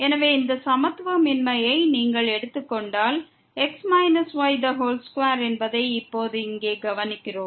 எனவே இந்த சமத்துவமின்மையை நீங்கள் எடுத்துக் கொண்டால் x y2 என்பதை இப்போது இங்கே கவனிக்கிறோம்